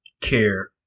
care